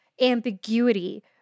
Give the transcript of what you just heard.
ambiguity